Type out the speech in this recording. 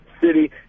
city